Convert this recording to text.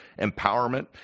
empowerment